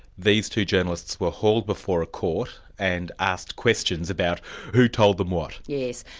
these two journalists were hauled before a court and asked questions about who told them what? yes.